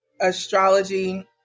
astrology